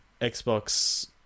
Xbox